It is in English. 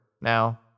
now